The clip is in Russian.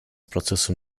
процессом